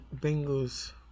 Bengals